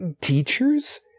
teachers